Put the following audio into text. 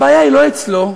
הבעיה היא לא אצלו.